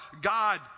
God